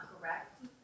correct